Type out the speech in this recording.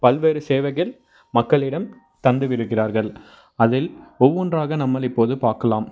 பல்வேறு சேவைகள் மக்களிடம் தந்துவிருக்கிறார்கள் அதில் ஒவ்வொன்றாக நம்மள் இப்போது பார்க்கலாம்